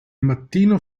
mattino